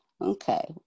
Okay